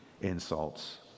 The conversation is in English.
insults